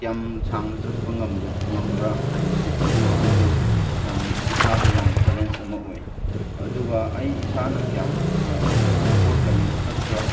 ꯌꯥꯝ ꯁꯥꯡꯅ ꯆꯠꯄ ꯉꯝꯕ꯭ꯔꯥ ꯍꯥꯏꯕꯁꯦ ꯑꯗꯨꯒ ꯑꯃꯁꯨ ꯌꯥꯝ ꯏꯁꯥꯗ ꯌꯥꯝ ꯆꯦꯂꯦꯟꯖ ꯑꯃ ꯑꯣꯏ ꯑꯗꯨꯒ ꯑꯩ ꯏꯁꯥꯅ ꯀꯌꯥꯝ ꯑꯦꯐꯣꯔꯠ ꯂꯩꯅ ꯆꯠꯄ꯭ꯔꯥ